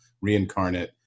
reincarnate